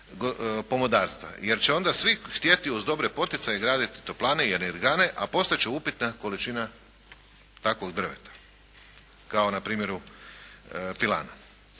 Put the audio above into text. jer će onda svi htjeti uz dobre poticaje graditi toplane i energane a postati će upitna količina takvog drveta. Ovim zakonom propisuju